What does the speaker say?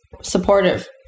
supportive